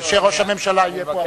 כשראש הממשלה יהיה פה.